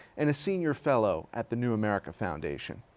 and a senior fellow at the new america foundation.